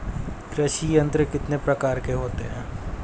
कृषि यंत्र कितने प्रकार के होते हैं?